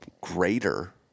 greater